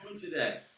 today